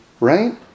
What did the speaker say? Right